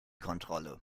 kontrolle